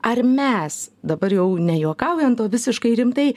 ar mes dabar jau ne juokaujant o visiškai rimtai